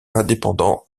indépendant